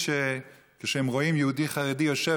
אני לא יודע למה.